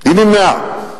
היא נמנעה.